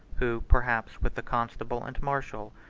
who, perhaps with the constable and marshal,